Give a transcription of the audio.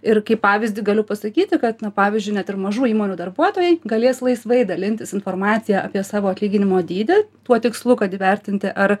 ir kaip pavyzdį galiu pasakyti kad na pavyzdžiui net ir mažų įmonių darbuotojai galės laisvai dalintis informacija apie savo atlyginimo dydį tuo tikslu kad įvertinti ar